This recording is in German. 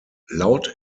laut